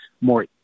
more